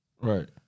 Right